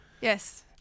Yes